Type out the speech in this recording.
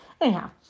Anyhow